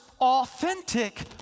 authentic